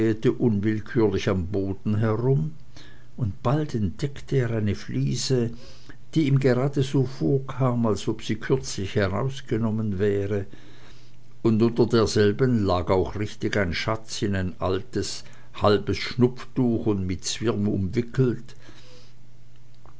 unwillkürlich am boden herum und bald entdeckte er eine fliese die ihm gerade so vorkam als ob sie kürzlich herausgenommen wäre und unter derselben lag auch richtig ein schatz in ein altes halbes schnupftuch und mit zwirn umwickelt